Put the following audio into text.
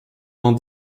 dans